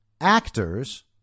Actors